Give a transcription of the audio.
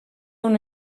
una